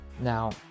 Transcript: Now